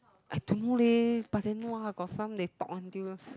I don't know leh but then !wah! got some they talk until